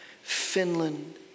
Finland